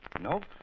Nope